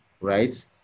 right